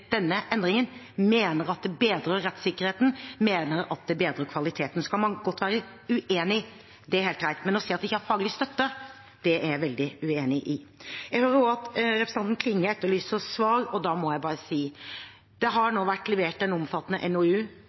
denne endringen. De mener at den bedrer rettssikkerheten, og at den bedrer kvaliteten. Man kan godt være uenig, det er helt greit, men å si at dette ikke har faglig støtte, det er jeg veldig uenig i. Jeg hører også at representanten Klinge etterlyser svar, og da må jeg bare si: Det har vært levert en omfattende NOU,